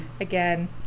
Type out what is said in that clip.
again